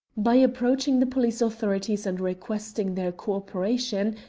by approaching the police authorities and requesting their co-operation,